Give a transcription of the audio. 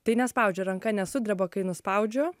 tai nespaudžia ranka nesudreba kai nuspaudžiu